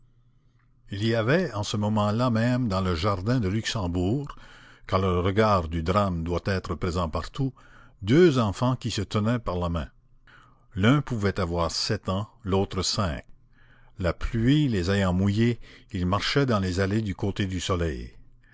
il y avait en ce moment-là même dans le jardin du luxembourg car le regard du drame doit être présent partout deux enfants qui se tenaient par la main l'un pouvait avoir sept ans l'autre cinq la pluie les ayant mouillés ils marchaient dans les allées du côté du soleil